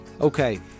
Okay